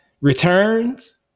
returns